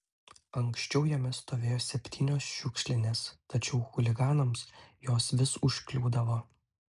anksčiau jame stovėjo septynios šiukšlinės tačiau chuliganams jos vis užkliūdavo